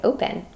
Open